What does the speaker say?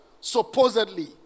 supposedly